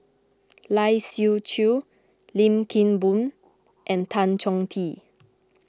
Lai Siu Chiu Lim Kim Boon and Tan Chong Tee